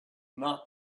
not